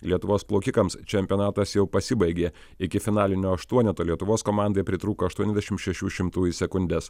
lietuvos plaukikams čempionatas jau pasibaigė iki finalinio aštuoneto lietuvos komandai pritrūko aštuoniasdešimt šešių šimtųjų sekundės